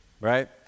right